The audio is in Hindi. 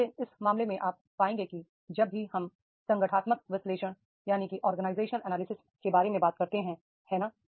इसलिए इस मामले में आप पाएंगे कि जब भी हम ऑर्गेनाइजेशनल एनालिसिस के बारे में बात करते हैं है ना